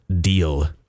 Deal